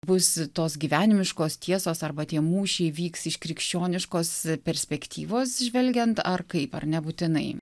būsi tos gyvenimiškos tiesos arba tie mūšiai vyks iš krikščioniškos perspektyvos žvelgiant ar kaip ar nebūtinai